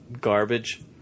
garbage